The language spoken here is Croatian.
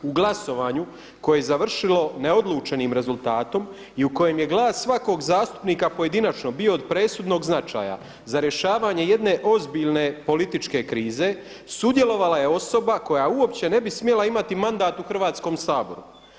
U glasovanju koje je završilo neodlučenim rezultatom i u kojem je glas svakog zastupnika pojedinačno bio od presudnog značaja za rješavanje jedne ozbiljne političke krize sudjelovala je osoba koja uopće ne bi smjela imati mandat u Hrvatskom saboru.